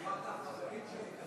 אמרת "החברים שלי בסיעת הבית".